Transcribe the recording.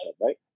right